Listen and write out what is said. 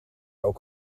ook